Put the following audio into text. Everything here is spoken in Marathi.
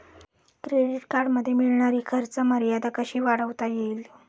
क्रेडिट कार्डमध्ये मिळणारी खर्च मर्यादा कशी वाढवता येईल?